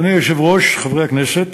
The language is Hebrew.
אדוני היושב-ראש, חברי הכנסת,